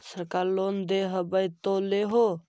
सरकार लोन दे हबै तो ले हो?